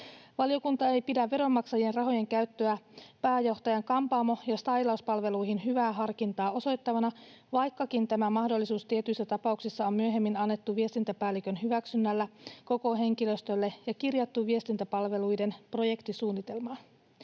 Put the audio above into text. Valiokunta ei pidä veronmaksajien rahojen käyttöä pääjohtajan kampaamo- ja stailauspalveluihin hyvää harkintaa osoittavana, vaikkakin tämä mahdollisuus tietyissä tapauksissa on myöhemmin annettu viestintäpäällikön hyväksynnällä koko henkilöstölle ja kirjattu viestintäpalveluiden projektisuunnitelmaan.